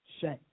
shame